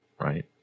right